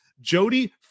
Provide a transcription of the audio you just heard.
Jody